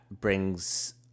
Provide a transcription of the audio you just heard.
brings